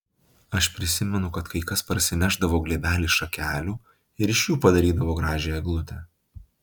aš prisimenu kad kai kas parsinešdavo glėbelį šakelių ir iš jų padarydavo gražią eglutę